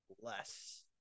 less